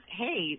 hey